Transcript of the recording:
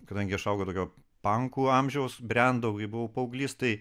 kadangi aš augau tokioj pankų amžiaus brendau kai buvau paauglys tai